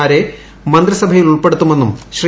മാരെ മന്ത്രിസഭയിൽ ഉൾപ്പെടുത്തുമെന്നും ശ്രീ